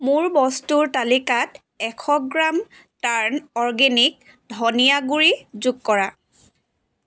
মোৰ বস্তুৰ তালিকাত এশ গ্ৰাম টাৰ্ণ অ'ৰ্গেনিক ধনিয়া গুড়ি যোগ কৰা